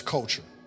Culture